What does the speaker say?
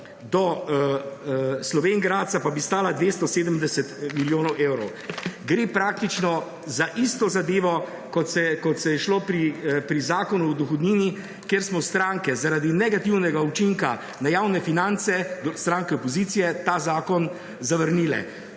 do Slovenj Gradca, pa bi stala 270 milijonov evrov. Gre praktično za isto zadevo, kot se je šlo pri Zakonu o dohodnini, kjer smo stranke zaradi negativnega učinka na javne finance, stranke opozicije, ta zakon zavrnile.